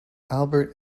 albert